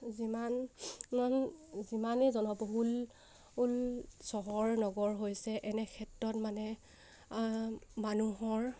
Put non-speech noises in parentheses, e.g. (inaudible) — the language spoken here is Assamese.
যিমান (unintelligible) যিমানেই জনবহুল ওল চহৰ নগৰ হৈছে এনে ক্ষেত্ৰত মানে মানুহৰ